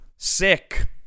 Sick